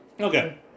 Okay